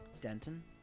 Denton